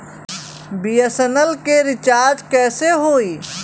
BSNL के recharge कैसे होयी?